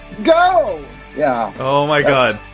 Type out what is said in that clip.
go yeah. oh, my god.